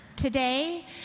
Today